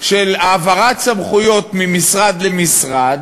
של העברת סמכויות ממשרד למשרד,